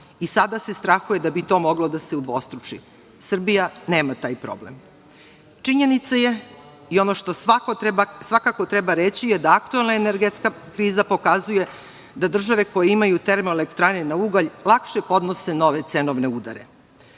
i sada se strahuje da bi to moglo da se udvostruči. Srbija nema taj problem. Činjenica je i ono što svakako treba reći je da aktuelna energetska kriza pokazuje da države koje imaju termoelektrane na ugalj lakše podnose nove cenovne udare.